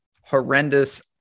horrendous